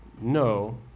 no